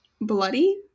bloody